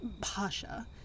Pasha